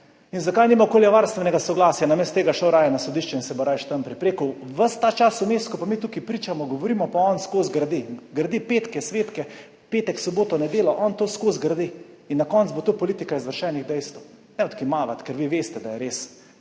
In zakaj nima okoljevarstvenega soglasja? Namesto tega je šel raje na sodišče in se bo rajši tam prerekal. Ves ta čas vmes, ko pa mi tukaj pričamo, govorimo, pa on ves čas gradi in gradi, petke, svetke, v petek, soboto, nedeljo, on to ves čas gradi in na koncu bo to politika izvršenih dejstev. Ne odkimavati, ker vi veste, da je res,